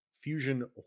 Fusion